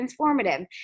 transformative